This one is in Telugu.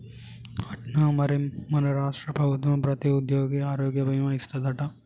అట్నా మరి మన రాష్ట్ర ప్రభుత్వం ప్రతి ఉద్యోగికి ఆరోగ్య భీమా ఇస్తాదట